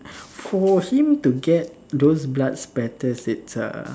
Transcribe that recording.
for him to get those blood splatters it's uh